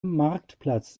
marktplatz